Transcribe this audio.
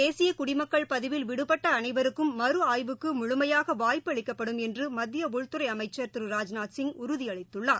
தேசியகுடிமக்கள் பதிவில் விடுபட்டஅனைவருக்கும் அஸ்ஸாமில் மறு ஆய்வுக்குமுழுமையாகவாய்ப்பு அளிக்கப்படும் என்றுமத்தியஉள்துறைஅமைச்சர் திரு ராஜ்நாத் சிங் உறுதியளித்துள்ளார்